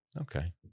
Okay